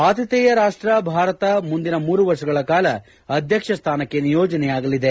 ಆತಿಥೇಯ ರಾಷ್ವ ಭಾರತ ಮುಂದಿನ ಮೂರು ವರ್ಷಗಳ ಕಾಲ ಅಧ್ವಕ್ಷ ಸ್ಥಾನಕ್ಕೆ ನಿಯೋಜನೆಯಾಗಲಿದೆ